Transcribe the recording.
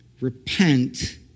repent